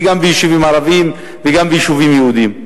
וגם ביישובים ערביים וגם ביישובים יהודיים.